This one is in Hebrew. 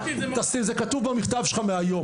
זה כתוב במכתב שלך מהיום,